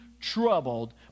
troubled